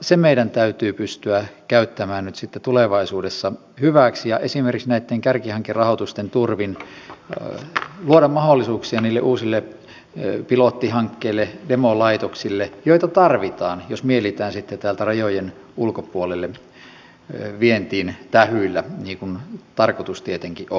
se meidän täytyy pystyä käyttämään nyt sitten tulevaisuudessa hyväksi ja esimerkiksi näitten kärkihankerahoitusten turvin luoda mahdollisuuksia niille uusille pilottihankkeille demolaitoksille joita tarvitaan jos mielitään sitten täältä rajojen ulkopuolelle vientiin tähyillä niin kuin tarkoitus tietenkin on